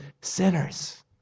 sinners